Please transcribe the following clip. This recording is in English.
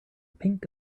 pink